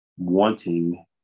wanting